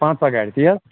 پنٛژاہ گاڑِ تی حظ